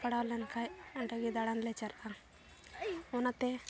ᱯᱟᱲᱟᱣ ᱞᱮᱱᱠᱷᱟᱡ ᱚᱸᱰᱮᱜᱮ ᱫᱟᱬᱟᱱ ᱞᱮ ᱪᱟᱞᱟᱜᱼᱟ ᱚᱱᱟᱛᱮ